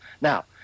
now